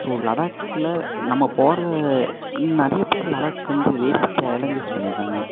so லடாக்கில் நம்ம போகிற நிறையப் பேர் லடாக் வந்து வெரி சேலன்ஜஸ் பண்ணியிருக்காங்க